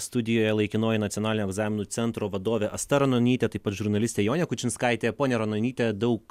studijoje laikinoji nacionalinio egzaminų centro vadovė asta ranonytė taip pat žurnalistė jonė kučinskaitė ponia ranonyte daug